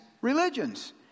religions